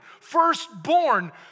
firstborn